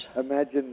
Imagine